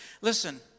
listen